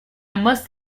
must